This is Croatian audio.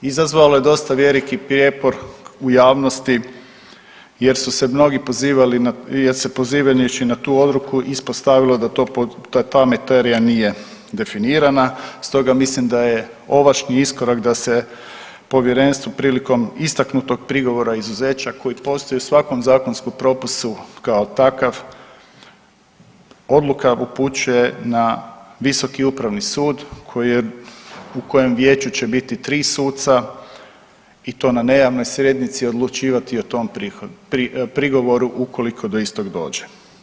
Izazvalo je dosta veliki prijepor u javnosti jer su se mnogi pozivali na, jer se pozivajući na tu odluku ispostavilo da ta materija nije definirana stoga mislim da je … [[ne razumije se]] iskorak da se Povjerenstvo prilikom istaknutog prigovora izuzeća koji postoji u svakom zakonskom propisu kao takav odluka upućuje na Visoki upravni sud u kojem vijeću će biti 3 suca i to na nejavnoj sjednici odlučivati o tom prigovoru ukoliko do istog dođe.